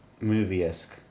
movie-esque